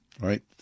Right